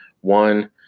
one